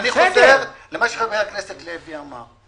אני חוזר למה שחבר הכנסת לוי אמר,